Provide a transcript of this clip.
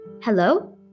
Hello